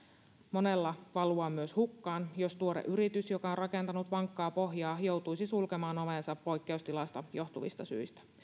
monella valua myös hukkaan jos tuore yritys joka on rakentanut vankkaa pohjaa joutuisi sulkemaan ovensa poikkeustilasta johtuvista syistä